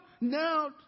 now